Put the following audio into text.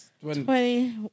twenty